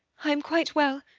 i am quite well.